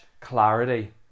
clarity